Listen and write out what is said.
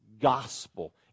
gospel